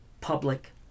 public